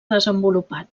desenvolupat